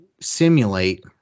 simulate